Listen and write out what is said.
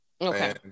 Okay